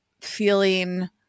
feeling